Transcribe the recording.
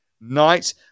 night